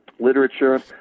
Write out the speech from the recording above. literature